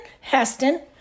Heston